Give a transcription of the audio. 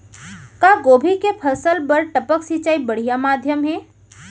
का गोभी के फसल बर टपक सिंचाई बढ़िया माधयम हे?